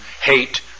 hate